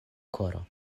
koro